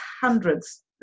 hundreds